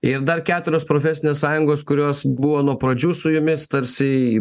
ir dar keturios profesinės sąjungos kurios buvo nuo pradžių su jumis tarsi